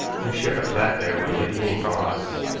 who shared a flat there with a lady named ross,